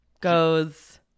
goes